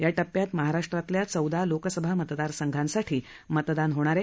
या टप्प्यात महाराष्ट्रातल्या चौदा लोकसभा मतदार संघांसाठी मतदान होणार आहे